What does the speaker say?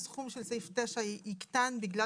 אתה אומר שהסכום של סעיף 9 יקטן בגלל